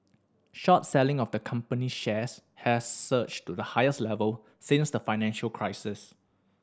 short selling of the company's shares has surged to the highest level since the financial crisis